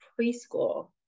preschool